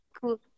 Cool